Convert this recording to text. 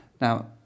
Now